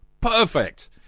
Perfect